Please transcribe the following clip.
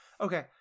Okay